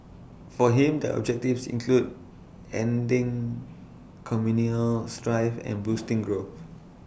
for him the objectives included ending communal strife and boosting growth